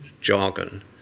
jargon